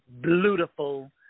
beautiful